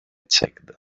checked